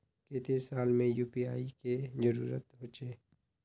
केते साल में यु.पी.आई के जरुरत होचे?